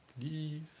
Please